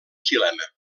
xilema